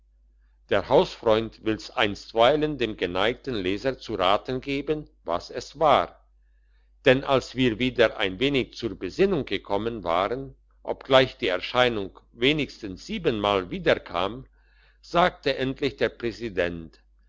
der hausfreund will's einstweilen dem geneigten leser zu raten geben was es war denn als wir wieder ein wenig zur besinnung gekommen waren obgleich die erscheinung wenigstens siebenmal wiederkam sagte endlich der präsident